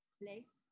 place